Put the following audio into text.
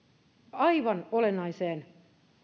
aivan olennaiseen